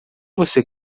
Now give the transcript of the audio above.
você